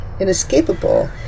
inescapable